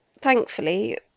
thankfully